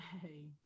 Hey